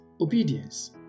Obedience